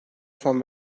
son